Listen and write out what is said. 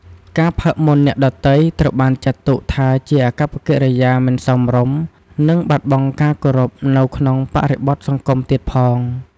ការផឹកមុនអ្នកដទៃ ត្រូវបានចាត់ទុកថាជាអាកប្បកិរិយាមិនសមរម្យ និងបាត់បង់ការគោរពនៅក្នុងបរិបទសង្គមទៀតផង។